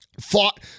fought